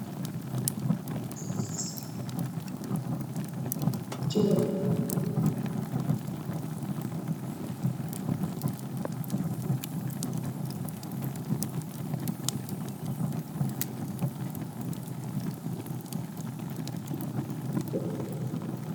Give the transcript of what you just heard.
Hili ni ofisi ya